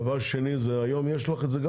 דבר שני, זה קיים גם היום,